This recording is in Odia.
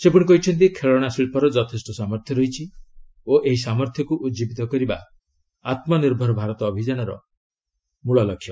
ସେ କହିଛନ୍ତି ଖେଳଣା ଶିଳ୍ପର ଯଥେଷ୍ଟ ସାମର୍ଥ୍ୟ ରହିଛି ଓ ଏହି ସାମର୍ଥ୍ୟକ୍ତ ଉଜ୍ଜୀବିତ କରିବା ଆତୁନିର୍ଭର ଭାରତ ଅଭିଯାନର ପ୍ରକୃତ ଲକ୍ଷ୍ୟ